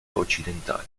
occidentali